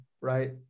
right